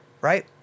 right